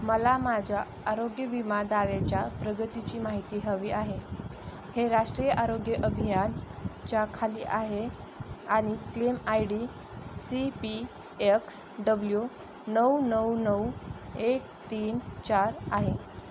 मला माझ्या आरोग्य विमा दाव्याच्या प्रगतीची माहिती हवी आहे हे राष्ट्रीय आरोग्य अभियानाच्या खाली आहे आणि claim I D C P X W नऊ नऊ नऊ एक तीन चार आहे